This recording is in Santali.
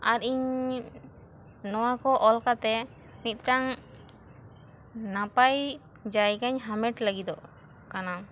ᱟᱨ ᱤᱧ ᱱᱚᱣᱟ ᱠᱚ ᱚᱞ ᱠᱟᱛᱮ ᱢᱤᱫᱴᱟᱝ ᱱᱟᱯᱟᱭ ᱡᱟᱭᱜᱟᱧ ᱦᱟᱢᱮᱴ ᱞᱟᱹᱜᱤᱫᱚᱜ ᱠᱟᱱᱟ